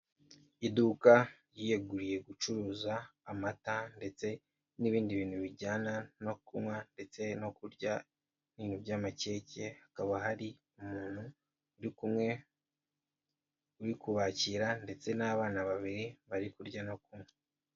Iduka yiyeguriye gucuruza amata ndetse n'ibindi bintu bijyana no kunywa ndetse no kurya n'ibintu by'amakeke, hakaba hari umuntu uri kumwe uri kubakira ndetse n'abana babiri bari kurya no kunywa.